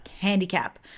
handicap